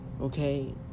Okay